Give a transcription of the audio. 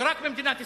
ורק במדינת ישראל.